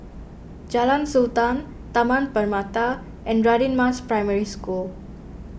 Jalan Sultan Taman Permata and Radin Mas Primary School